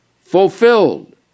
Fulfilled